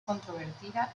controvertida